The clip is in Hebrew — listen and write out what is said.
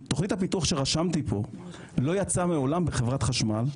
תוכנית הפיתוח שרשמתי פה לא יצאה מעולם בחברת חשמל,